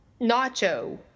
Nacho